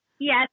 Yes